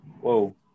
Whoa